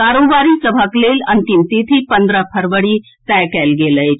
कारोबारी सभक लेल अंतिम तिथि पन्द्रह फरवरी तय कएल गेल अछि